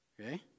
okay